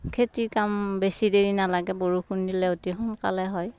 খেতিৰ কাম বেছি দেৰি নালাগে বৰষুণ দিলে অতি সোনকালে হয়